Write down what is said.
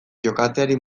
jokatzeari